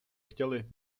chtěli